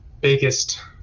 biggest